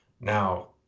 now